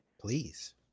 Please